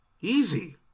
Easy